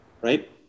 right